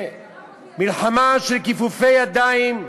במלחמה של כיפופי ידיים,